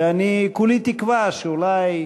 וכולי תקווה שאולי,